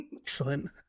Excellent